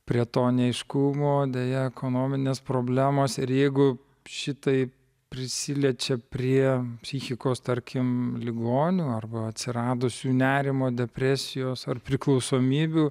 prie to neaiškumo deja ekonominės problemos ir jeigu šitai prisiliečia prie psichikos tarkim ligonių arba atsiradusių nerimo depresijos ar priklausomybių